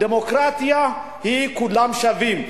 דמוקרטיה היא שכולם שווים,